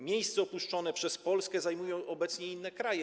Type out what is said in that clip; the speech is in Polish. Miejsce opuszczone przez Polskę zajmują obecnie inne kraje.